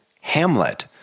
Hamlet